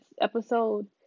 episode